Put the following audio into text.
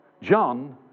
John